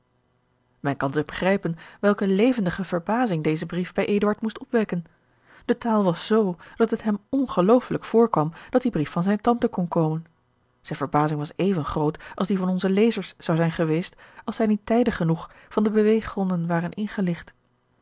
men kan zich begrijpen welke levendige verbazing deze brief bij eduard moest opwekken de taal was z dat het hem ongeloofelijk voorkwam dat die brief van zijne tante kon komen zijne verbazing was even groot als die van onze lezers zou zijn geweest als zij niet tijdig genoeg van de beweeggronden waren ingelicht